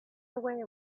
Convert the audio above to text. away